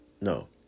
No